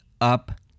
up